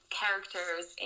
characters